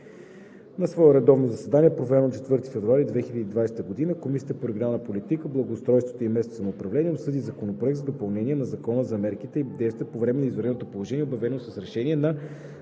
На редовно заседание, проведено на 4 февруари 2021 г., Комисията по регионална политика, благоустройство и местно самоуправление обсъди Законопроект за допълнение на Закона за мерките и действията по време на извънредното положение, обявено с решение на